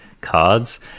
cards